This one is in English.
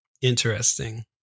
Interesting